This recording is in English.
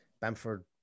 Bamford